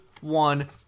one